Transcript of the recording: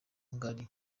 ngari